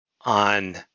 on